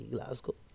Glasgow